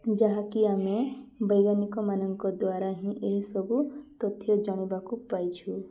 ଯାହାକି ଆମେ ବୈଜ୍ଞାନିକମାନଙ୍କ ଦ୍ୱାରା ହିଁ ଏହିସବୁ ତଥ୍ୟ ଜାଣିବାକୁ ପାଇଛୁ